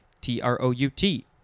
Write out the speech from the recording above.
T-R-O-U-T